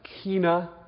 Kina